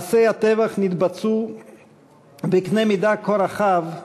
מעשי הטבח נתבצעו בקנה מידה כה רחב,